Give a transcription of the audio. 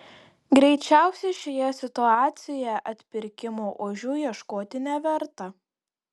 greičiausiai šioje situacijoje atpirkimo ožių ieškoti neverta